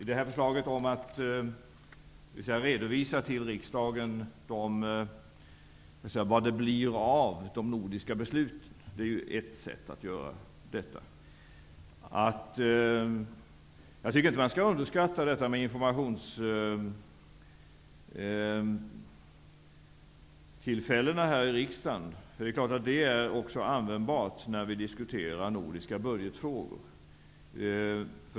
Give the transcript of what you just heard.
Att, såsom föreslås, redovisa till riksdagen så att säga vad det blir av de nordiska besluten, är ett sätt att göra detta. Jag tycker inte att man skall underskatta informationstillfällena här i riksdagen, för det är klart att den metoden är användbar också när vi diskuterar nordiska budgetfrågor.